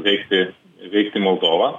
veikti veikti moldovą